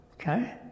Okay